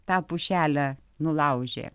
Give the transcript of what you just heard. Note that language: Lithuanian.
tą pušelę nulaužė